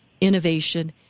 innovation